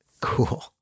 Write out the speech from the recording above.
Cool